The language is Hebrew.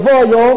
ולא מאוחר,